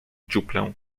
dziuplę